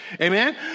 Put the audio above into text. Amen